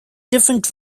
different